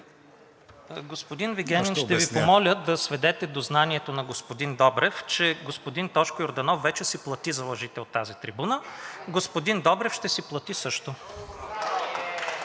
Господин Вигенин, ще Ви помоля да сведете до знанието на господин Добрев, че господин Тошко Йорданов вече си плати за лъжите от тази трибуна, а господин Добрев ще си плати също.